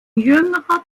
jüngerer